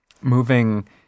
moving